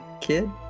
kid